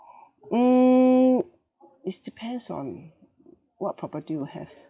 mm it's depends on what property you have